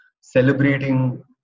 celebrating